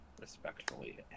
respectfully